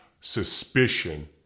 suspicion